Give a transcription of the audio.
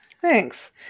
Thanks